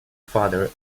father